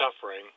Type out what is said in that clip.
suffering